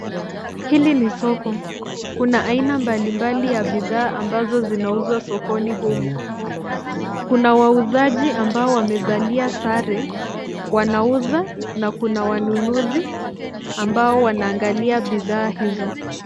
Hili ni soko. Kuna aina mbalimbali ya bidhaa ambazo zinauzwa sokoni humu. Kuna wauzaji ambao wamevalia sare, wanauza na kuna wanunuzi ambao wanaangalia bidhaa hizo.